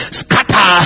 scatter